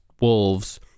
wolves